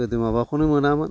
गोदो माबाखौनो मोनामोन